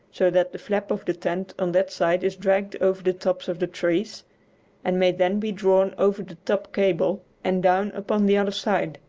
so that the flap of the tent on that side is dragged over the tops of the trees and may then be drawn over the top cable and down upon the other side.